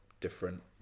different